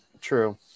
True